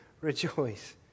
rejoice